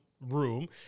room